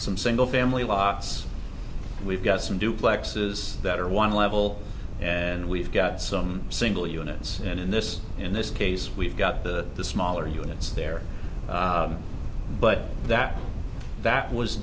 some single family lots we've got some duplexes that are one level and we've got some single units and in this in this case we've got the smaller units there but that that was